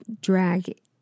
drag